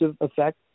effect